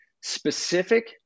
specific